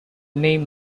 name